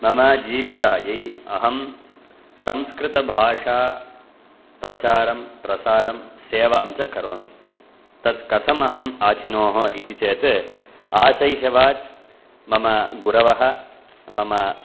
मम जीविकायै अहं संस्कृतभाषाप्रचारं प्रसारं सेवां च करोमि तत् कथम् अहम् आचिनोः इति चेत् आशैशवात् मम गुरवः मम